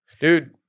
Dude